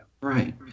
Right